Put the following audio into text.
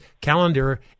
calendar